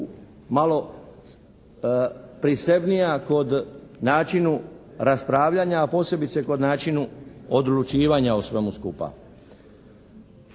malo prisebnija kod načina raspravljanja a posebice kod načina odlučivanja o svemu skupa.